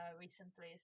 recently